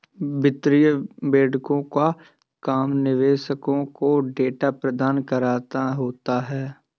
वित्तीय वेंडरों का काम निवेशकों को डेटा प्रदान कराना होता है